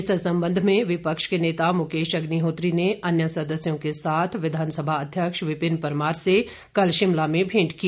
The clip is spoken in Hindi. इस संबंध में विपक्ष के नेता मुकेश अग्निहोत्री ने अन्य सदस्यों के साथ विधानसभा अध्यक्ष विपिन परमार से कल शिमला में भेंट की